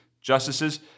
justices